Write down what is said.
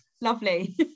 Lovely